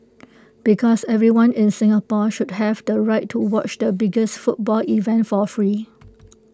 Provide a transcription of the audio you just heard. because everyone in Singapore should have the right to watch the biggest football event for free